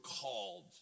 called